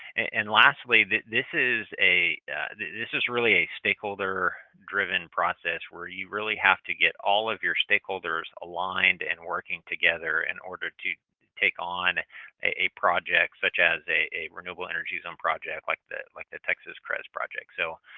and lastly, this is a this this is really a stakeholder-driven process where you really have to get all of your stakeholders aligned and working together in and order to to take on a project such as a a renewable energy zone project like the like the texas crez project. so,